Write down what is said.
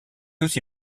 aussi